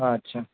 अच्छा